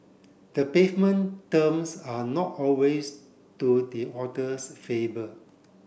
the pavement terms are not always to the author's favour